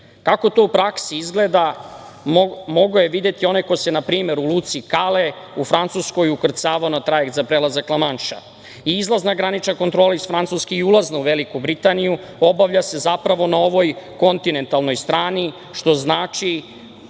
Kako to u praksi izgleda, mogao je videti onaj ko se, na primer u luci Kale, u Francuskoj ukrcavao na trajekt za prelazak Lamanša. Izlazna granična kontrola iz Francuske i ulazu u Veliku Britaniju, obavlja se zapravo na ovoj kontinentalnoj strani, što znači